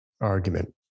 argument